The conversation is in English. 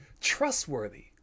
trustworthy